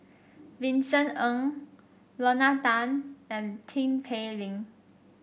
Vincent Ng Lorna Tan and Tin Pei Ling